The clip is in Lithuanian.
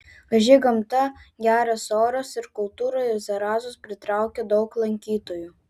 graži gamta geras oras ir kultūra į zarasus pritraukė daug lankytojų